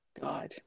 God